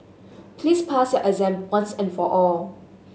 please pass your exam once and for all